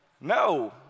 No